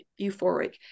euphoric